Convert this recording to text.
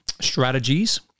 strategies